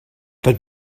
but